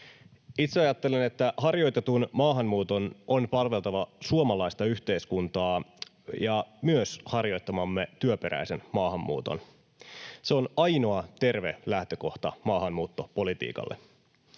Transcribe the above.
Itse ajattelen, että harjoitetun maahanmuuton on palveltava suomalaista yhteiskuntaa, myös harjoittamamme työperäisen maahanmuuton. Se on ainoa terve lähtökohta maahanmuuttopolitiikalle.